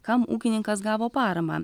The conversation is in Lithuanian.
kam ūkininkas gavo paramą